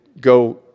go